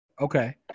Okay